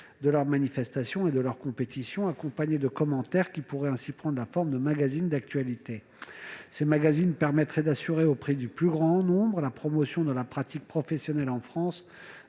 de leurs manifestations et de leurs compétitions, accompagnés de commentaires qui pourraient prendre la forme de magazines d'actualité. Ces supports permettraient d'assurer auprès du plus grand nombre la promotion de la pratique professionnelle de ces